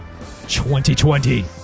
2020